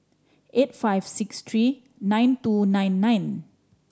eight five six three nine two nine nine